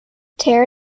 tear